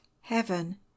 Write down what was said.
heaven